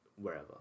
wherever